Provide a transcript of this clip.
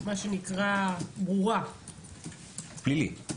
מה שנקרא ברורה --- פלילי.